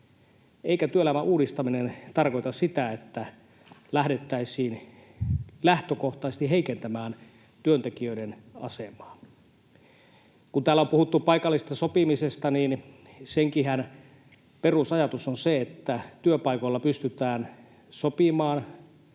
eikä työelämän uudistaminen tarkoita sitä, että lähdettäisiin lähtökohtaisesti heikentämään työntekijöiden asemaa. Kun täällä on puhuttu paikallisesta sopimisesta, niin senhän perusajatus on se, että työpaikoilla pystytään sopimaan